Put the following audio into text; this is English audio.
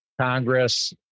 Congress